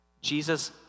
Jesus